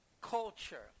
culture